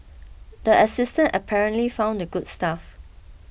the assistant apparently found the good stuff